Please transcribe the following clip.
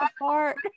apart